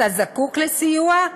אתה זקוק לסיוע?